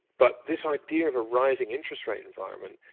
but this idea of a rising interest rate environment,